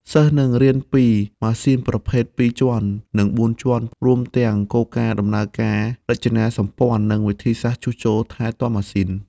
សិស្សនឹងរៀនពីម៉ាស៊ីនប្រភេទពីរជាន់ និងបួនជាន់ រួមទាំងគោលការណ៍ដំណើរការ រចនាសម្ព័ន្ធ និងវិធីសាស្រ្តជួសជុលថែទាំម៉ាស៊ីន។